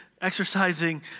exercising